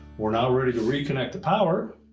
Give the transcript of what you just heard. we're now ready to reconnect the power,